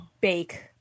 bake